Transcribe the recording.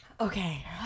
Okay